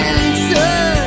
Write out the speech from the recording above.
answer